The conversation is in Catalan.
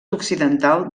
occidental